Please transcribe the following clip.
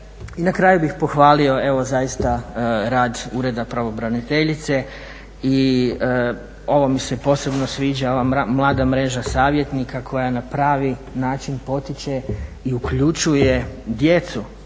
I na kraju bih pohvalio, evo zaista rad Ureda pravobraniteljice. I ovo mi se posebno sviđa ova mlada mreža savjetnika koja na pravi način potiče i uključuje djecu